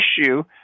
issue